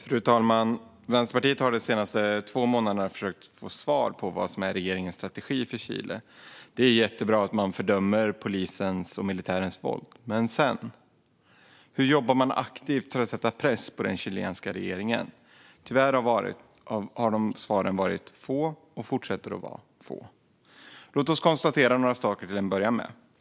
Fru talman! Vänsterpartiet har de senaste två månaderna försökt få svar på vad som är regeringens strategi för Chile. Det är jättebra att man fördömer polisens och militärens våld, men vad händer sedan? Hur jobbar man aktivt för att sätta press på den chilenska regeringen? Tyvärr har svaren varit och fortsätter att vara få. Låt oss konstatera några saker till att börja med.